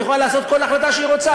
היא יכולה לעשות כל החלטה שהיא רוצה,